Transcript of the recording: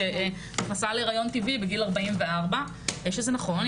שנכנסה להריון טבעי בגיל 44. זה נכון,